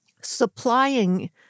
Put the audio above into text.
supplying